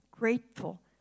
Grateful